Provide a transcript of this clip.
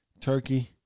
turkey